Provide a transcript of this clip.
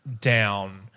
down